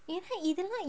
ஏன்இதெல்லாம்:yen idhellam